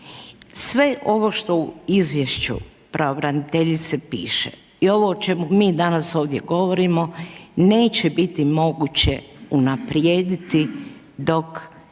Sve ovo što u izvješću pravobraniteljice piše i ovo o čemu mi danas ovdje govorimo neće biti moguće unaprijediti dok ne